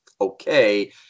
Okay